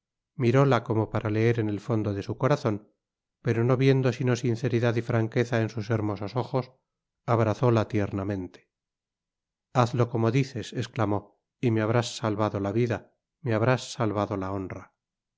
miróla como para leer en el fondo de su corazon pero no viendo sino sinceridad y franqueza en sus hermosos ojos abrazóla tiernamente hazlo como lo dices esclamó y me habrás salvado la vida me habrás salvado la honra